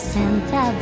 Santa